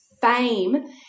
fame